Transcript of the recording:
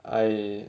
I